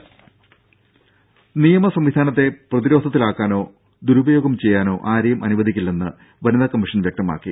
രുമ നിയമ സംവിധാനത്തെ പ്രതിരോധത്തിലാക്കാനോ അതിനെ ദുരുപയോഗം ചെയ്യാനോ ആരെയും അനുവദിക്കില്ലെന്ന് വനിതാ കമ്മീഷൻ വ്യക്തമാക്കി